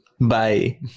Bye